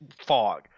fog